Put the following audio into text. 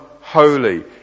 holy